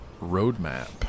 roadmap